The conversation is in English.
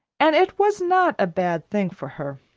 and it was not a bad thing for her.